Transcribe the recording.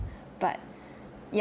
but